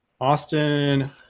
Austin